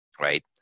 Right